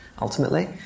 ultimately